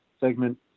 segment